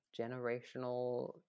generational